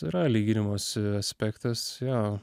yra lyginimosi aspektas jo